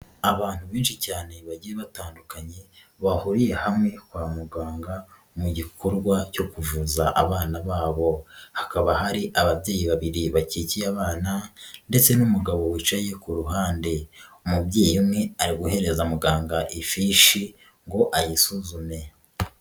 Abantu benshi cyane bagiye batandukanye bahuriye hamwe kwa muganga, mu gikorwa cyo kuvuza abana babo, hakaba hari ababyeyi babiri bagikiye abana ndetse n'umugabo wicaye ku ruhande, umubyeyi umwe ari guhereza muganga ifishi ngo ayisuzume.